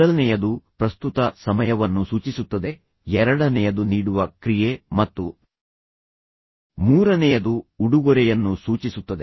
ಮೊದಲನೆಯದು ಪ್ರಸ್ತುತ ಸಮಯವನ್ನು ಸೂಚಿಸುತ್ತದೆ ಎರಡನೆಯದು ನೀಡುವ ಕ್ರಿಯೆ ಮತ್ತು ಮೂರನೆಯದು ಉಡುಗೊರೆಯನ್ನು ಸೂಚಿಸುತ್ತದೆ